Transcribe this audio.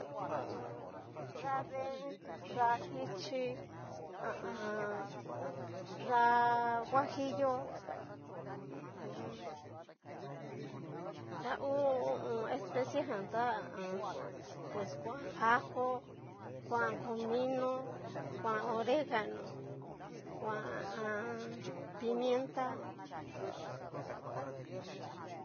Hu. ho o on. yá'a den, yá'a ichíi, ha a an yá'a huajillo, ho o on. ta ngu ho o on. especie jan tá ha a an. pues kuan ajo, kuan komino, kuan oregano, kuan ha a an. pimienta.